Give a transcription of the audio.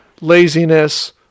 laziness